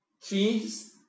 Cheese